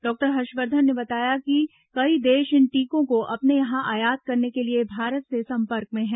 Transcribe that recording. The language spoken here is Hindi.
डॉक्टर हर्षवर्धन ने बताया कि कई देश इन टीकों को अपने यहां आयात करने के लिए भारत से संपर्क में हैं